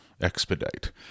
expedite